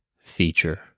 feature